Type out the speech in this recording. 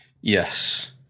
Yes